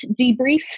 debrief